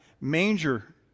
Manger